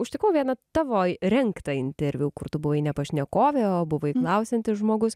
užtikau vieną tavo rengtą interviu kur tu buvai ne pašnekovė o buvai klausiantis žmogus